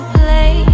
play